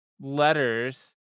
letters